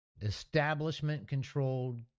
establishment-controlled